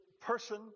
person